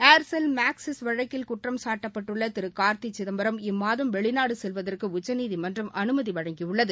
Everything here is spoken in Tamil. ஏர்செல் மேக்சிஸ் வழக்கில் குற்றம் சாட்டப்பட்டுள்ள திரு கார்த்தி சிதம்பரம் இம்மாதம் வெளிநாடு செல்வதற்கு உச்சநீதிமன்றம் அனுமதி வழங்கியுள்ளது